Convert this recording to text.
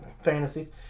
fantasies